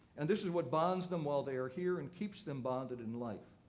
and this is what bonds them while they are here and keeps them bonded in life.